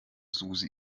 susi